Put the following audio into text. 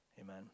Amen